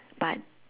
but